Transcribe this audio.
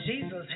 Jesus